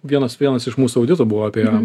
vienas vienas iš mūsų auditų buvo apie